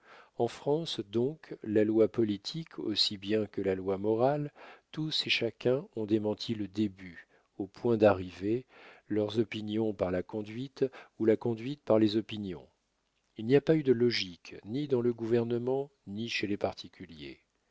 en france donc la loi politique aussi bien que la loi morale tous et chacun ont démenti le début au point d'arrivée leurs opinions par la conduite ou la conduite par les opinions il n'y a pas eu de logique ni dans le gouvernement ni chez les particuliers